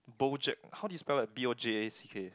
BoJack how do you spell like B_O_J_A_C_K